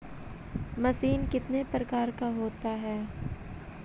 Machine कितने प्रकार का होता है?